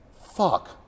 Fuck